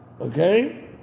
Okay